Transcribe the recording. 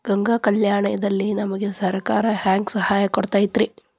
ಗಂಗಾ ಕಲ್ಯಾಣ ದಲ್ಲಿ ನಮಗೆ ಸರಕಾರ ಹೆಂಗ್ ಸಹಾಯ ಕೊಡುತೈತ್ರಿ?